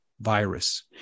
Virus